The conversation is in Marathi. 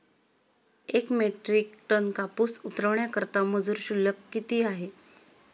एक मेट्रिक टन कापूस उतरवण्याकरता मजूर शुल्क किती आहे?